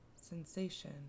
sensation